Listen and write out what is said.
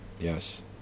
yes